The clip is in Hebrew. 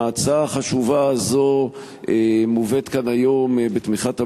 ההצעה החשובה הזאת מובאת כאן היום בתמיכת הממשלה,